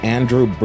Andrew